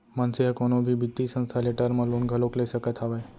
मनसे ह कोनो भी बित्तीय संस्था ले टर्म लोन घलोक ले सकत हावय